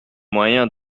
moyen